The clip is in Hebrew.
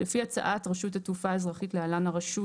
לפי הצעת רשות התעופה האזרחית (להלן - הרשות),